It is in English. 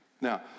Now